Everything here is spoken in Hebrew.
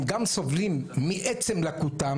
הם גם סובלים מעצם לקותם